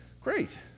great